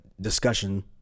discussion